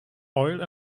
oil